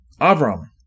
Avram